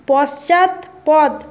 পশ্চাদপদ